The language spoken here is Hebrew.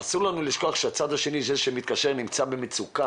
ואסור לנו לשכוח שהצד השני שמתקשר נמצא במצוקה